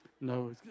no